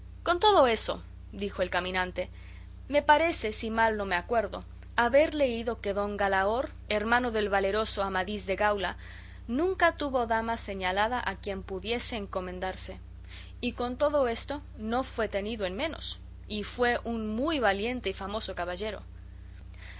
con todo eso dijo el caminante me parece si mal no me acuerdo haber leído que don galaor hermano del valeroso amadís de gaula nunca tuvo dama señalada a quien pudiese encomendarse y con todo esto no fue tenido en menos y fue un muy valiente y famoso caballero